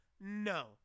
No